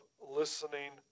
listening